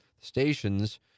stations